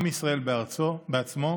עם ישראל בארצו בעצמו,